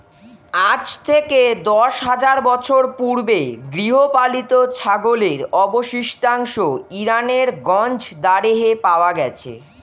আজ থেকে দশ হাজার বছর পূর্বে গৃহপালিত ছাগলের অবশিষ্টাংশ ইরানের গঞ্জ দারেহে পাওয়া গেছে